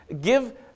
Give